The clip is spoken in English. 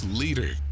leader